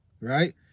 right